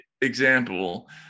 example